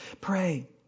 Pray